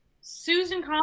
susan